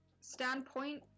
standpoint